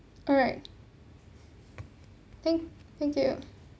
alright thank thank you